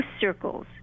circles